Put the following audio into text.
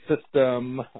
system